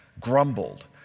grumbled